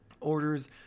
Orders